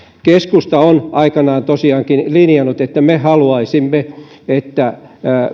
keskusta on aikanaan tosiaankin linjannut että me haluaisimme että